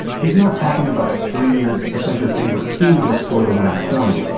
he's not talking about screams because your favorite team just scored the winning point.